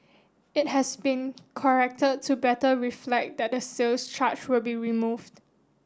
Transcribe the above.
it has been corrected to better reflect that the sales charge will be removed